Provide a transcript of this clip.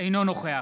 נוכח